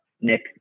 Nick